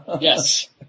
Yes